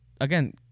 again